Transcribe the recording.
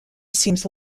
seems